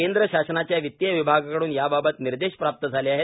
केंद्र शासनाच्या वित्तीय विभागाकडून याबाबत निर्देश प्राप्त झाले आहेत